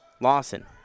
Lawson